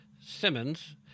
Simmons